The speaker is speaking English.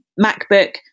macbook